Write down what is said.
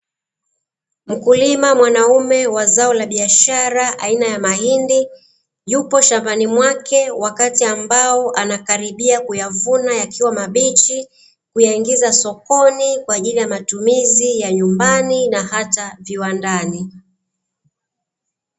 Mkulima mwanaume wa zao la bihashara aina ya mahindi, yuko shambani kwake wakati ambapo anasubiri kuya vuna yakiwa mabichi kuyaingiza sokoni, kwaajili ya matumizi ya nyumbani na hata viwandani.